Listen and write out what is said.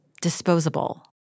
disposable